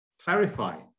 clarify